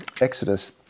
Exodus